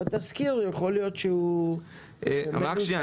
התזכיר יכול להיות שהוא --- רק שנייה,